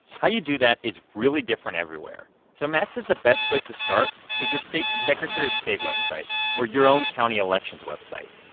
how you do that is really different everywhere. so matt says the best place to start is your state's secretary of state website or your own county elections website.